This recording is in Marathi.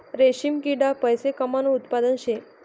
रेशीम किडा पैसा कमावानं उत्पादन शे